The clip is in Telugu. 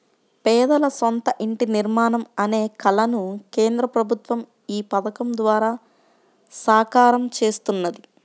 పేదల సొంత ఇంటి నిర్మాణం అనే కలను కేంద్ర ప్రభుత్వం ఈ పథకం ద్వారా సాకారం చేస్తున్నది